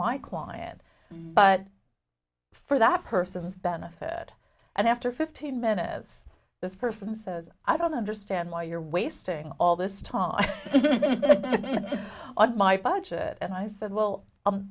my client but for that person's benefit and after fifteen minutes this person says i don't understand why you're wasting all this time on my budget and i said well